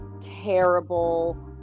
terrible